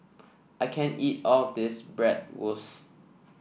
I can't eat all of this Bratwurst